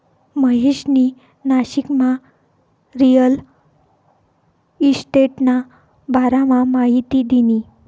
महेशनी नाशिकमा रिअल इशटेटना बारामा माहिती दिनी